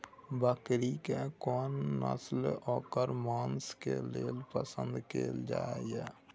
बकरी के कोन नस्ल ओकर मांस के लेल पसंद कैल जाय हय?